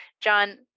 John